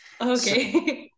Okay